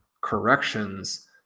corrections